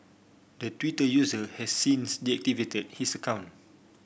the Twitter user has since deactivated his account